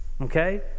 Okay